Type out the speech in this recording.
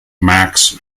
max